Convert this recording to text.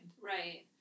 Right